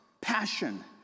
passion